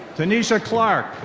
tanisha clark.